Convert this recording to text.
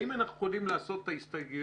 האם אנחנו יכולים לעשות את ההסתייגויות